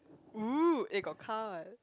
oh eh got car what